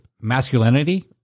masculinity